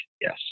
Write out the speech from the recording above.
yes